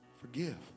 Forgive